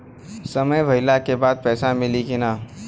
समय भइला के बाद पैसा मिली कि ना?